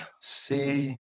see